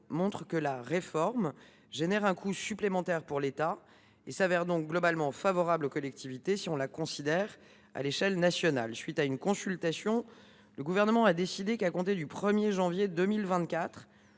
montrent que la réforme induit un coût supplémentaire pour l’État et se révèle donc globalement favorable aux collectivités, si on la considère à l’échelle nationale. Après avoir mené une consultation, le Gouvernement a décidé qu’à compter du 1 janvier 2024,